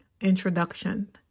Introduction